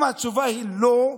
אם התשובה היא לא,